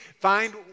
find